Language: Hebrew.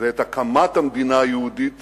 ואת הקמת המדינה היהודית